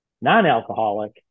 non-alcoholic